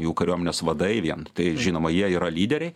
jų kariuomenės vadai vien tai žinoma jie yra lyderiai